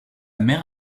mère